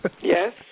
Yes